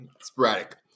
sporadic